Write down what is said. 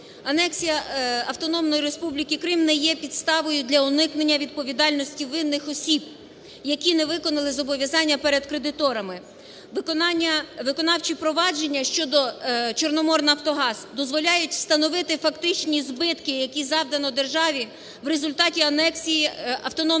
Анексія Автономної Республіки Крим не є підставою для уникнення відповідальності винних осіб, які не виконали зобов'язання перед кредиторами. Виконавчі провадження щодо "Чорноморнафтогаз" дозволяють встановити фактичні збитки, які завдано державі в результаті анексії Автономної Республіки